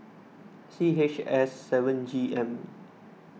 C H S seven G M